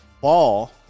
Ball